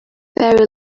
very